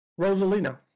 Rosalina